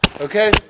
Okay